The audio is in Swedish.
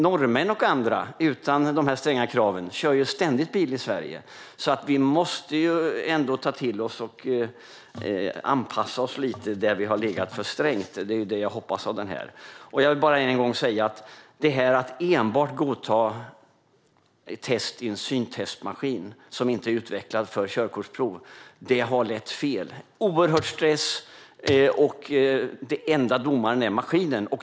Norrmän och andra utan dessa stränga krav kör ständigt bil i Sverige. Vi måste ändå ta till oss och anpassa oss lite där Sverige har legat för strängt. Det är vad jag hoppas av översynen. Att enbart godta test i en syntestmaskin som inte är utvecklad för körkortsprov har lett fel. Det blir en oerhörd stress, och den enda domaren är maskinen.